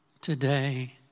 today